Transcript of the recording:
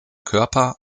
körper